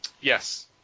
Yes